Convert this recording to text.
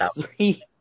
three